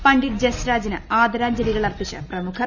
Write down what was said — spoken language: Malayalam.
പണ്ഡിറ്റ് ജസ്രാജിന് ആദരാജ്ഞലികൾ അർപ്പിച്ച് പ്രമുഖർ